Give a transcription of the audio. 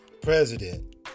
president